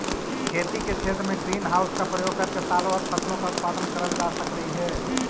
खेती के क्षेत्र में ग्रीन हाउस का प्रयोग करके सालों भर फसलों का उत्पादन करल जा सकलई हे